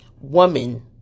woman